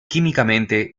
químicamente